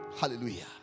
Hallelujah